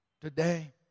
Today